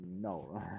No